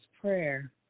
prayer